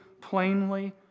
plainly